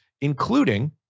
including